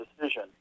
decision